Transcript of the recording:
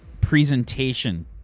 presentation